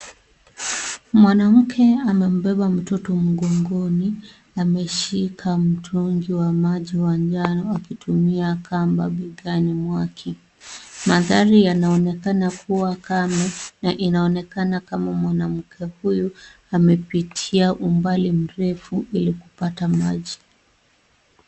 Mwanamke amembeba mtoto mgongoni. Ameshika mtungi wa maji wa njano akitumia kamba begani mwake. Mandhari yanaonekana kuwa kame na inaonekana kama mwanamke huyu, amepitia umbali mrefu ili kupata maji.